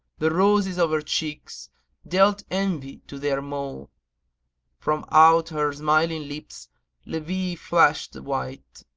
the roses of her cheeks dealt envy to their mole from out her smiling lips levee flashed white,